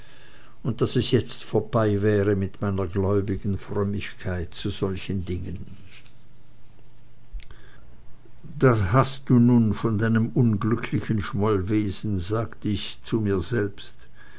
und daß es jetzt vorbei wäre mit meiner gläubigen frömmigkeit in solchen dingen das hast du nun von deinem unglückseligen schmollwesen sagte ich zu mir selbst